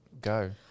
go